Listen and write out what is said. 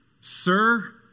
Sir